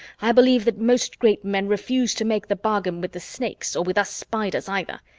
i believe that most great men refuse to make the bargain with the snakes, or with us spiders either.